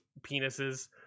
penises